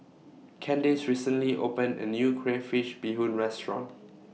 Candice recently opened A New Crayfish Beehoon Restaurant